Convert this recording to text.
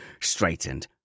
straightened